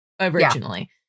originally